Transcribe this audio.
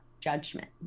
judgment